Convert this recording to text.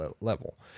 level